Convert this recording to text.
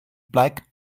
black